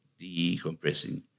decompressing